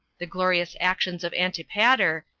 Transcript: the glorious actions of antipater,